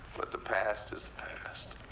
but the past is the past,